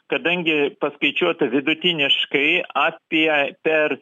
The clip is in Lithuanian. kadangi paskaičiuota vidutiniškai apie per